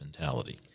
mentality